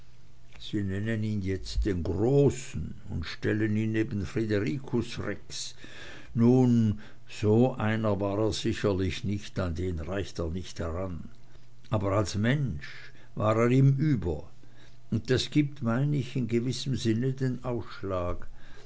jetzt den großen und stellen ihn neben fridericus rex nun so einer war er sicherlich nicht an den reicht er nicht ran aber als mensch war er ihm über und das gibt mein ich in gewissem sinne den ausschlag